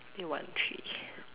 year one three